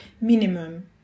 minimum